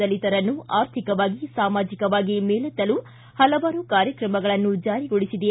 ದಲಿತರನ್ನು ಆರ್ಥಿಕವಾಗಿ ಸಾಮಾಜಿಕವಾಗಿ ಮೇಲೆತ್ತಲು ಹಲವಾರು ಕಾರ್ಯಕ್ರಮಗಳನ್ನು ಜಾರಿಗೊಳಿಸಿದೆ